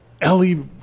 Ellie